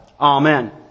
Amen